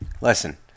Listen